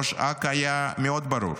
ראש אכ"א היה ברור מאוד: